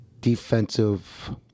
defensive